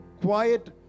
quiet